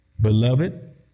Beloved